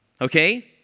okay